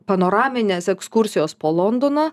panoraminės ekskursijos po londoną